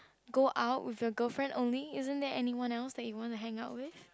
go out with your girlfriend only isn't there anyone else that you want to hang out with